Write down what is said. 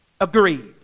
agreed